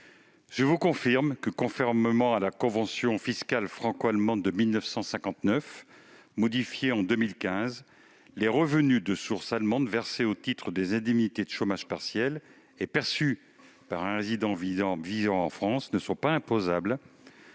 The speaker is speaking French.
je vous confirme que, conformément à la convention fiscale franco-allemande de 1959, modifiée en 2015, les revenus de source allemande versés au titre des indemnités de chômage partiel et perçus par un résident de France ne sont imposables